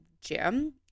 gym